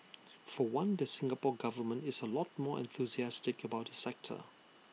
for one the Singapore Government is A lot more enthusiastic about the sector